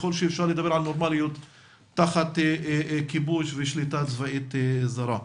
ככל שאפשר לדבר על נורמליות תחת כיבוש ושליטה צבאית זרה.